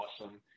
awesome